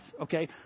okay